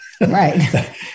Right